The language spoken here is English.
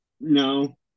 No